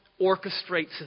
orchestrates